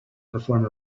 perform